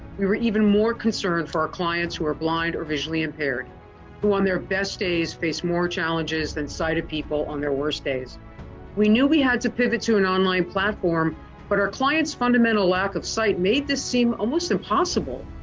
we were even more concerned for our clients who are blind or visually impaired who on their best days face more challenges than sighted people on their worst days we knew we had to pivot to an online platform but our client's fundamental lack of sight made this seem almost impossible.